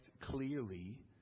clearly